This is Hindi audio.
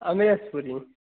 अमरेश पुरी